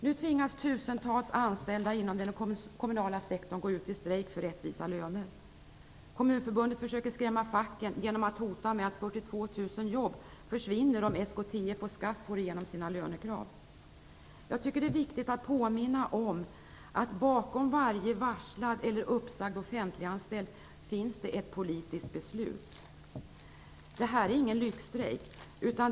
Nu tvingas tusentals anställda inom den kommunala sektorn gå ut i strejk för rättvisa löner. Kommunförbundet försöker skrämma facken genom att hota med att 42 000 jobb försvinner om SKTF och SKAF får igenom sina lönekrav. Jag tycker att det är viktigt att påminna om att bakom varje varslad eller uppsagd offentliganställd finns ett politiskt beslut. Det här är ingen lyxstrejk.